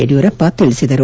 ಯಡಿಯೂರಪ್ಪ ತಿಳಿಸಿದರು